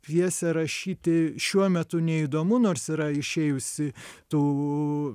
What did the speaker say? pjesę rašyti šiuo metu neįdomu nors yra išėjusi tų